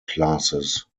classes